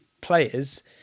players